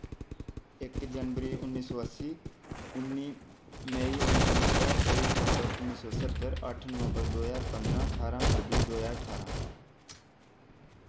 इक जनबरी उन्नी सौ अस्सी उन्नी मेई उन्नी सौ नब्बै त्रेई सतम्बर उन्नी सौ स्हत्तर अट्ठ नवंबर दो ज्हार पंदरां ठारां फरबरी दो ज्हार ठारां